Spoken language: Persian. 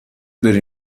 داری